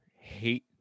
hate